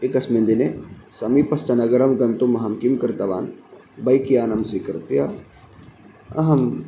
एकस्मिन् दिने समीपस्थनगरं गन्तुमहं किं कृतवान् बैक्यानं स्वीकृत्य अहं